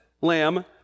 lamb